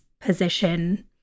position